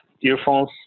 earphones